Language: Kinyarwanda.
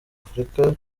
afrika